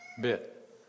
bit